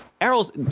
Errol's